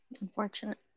Unfortunate